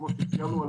כמו שציינו,